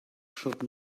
should